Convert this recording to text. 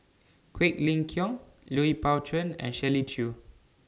Quek Ling Kiong Lui Pao Chuen and Shirley Chew